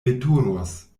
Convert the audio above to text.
veturos